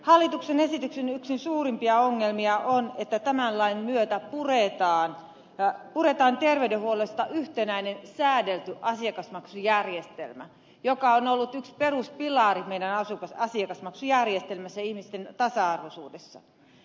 hallituksen esityksen yksi suurimpia ongelmia on että tämän lain myötä puretaan terveydenhuollosta yhtenäinen säädelty asiakasmaksujärjestelmä joka on ollut yksi peruspilari meidän asiakasmaksujärjestelmässä ja ihmisten tasa arvoisuudessa